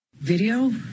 Video